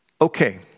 Okay